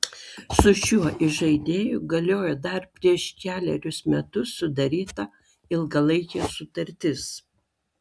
su šiuo įžaidėju galioja dar prieš kelerius metus sudaryta ilgalaikė sutartis